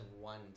one